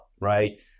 right